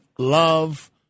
Love